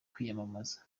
kwiyamamaza